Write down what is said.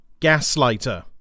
Gaslighter